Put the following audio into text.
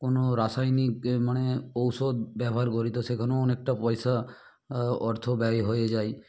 কোনো রাসায়নিক মানে ঔষধ ব্যবহার করি তো সেখানেও অনেকটা পয়সা অর্থ ব্যয় হয়ে যায়